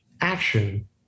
action